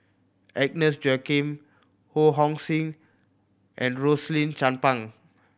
Agnes Joaquim Ho Hong Sing and Rosaline Chan Pang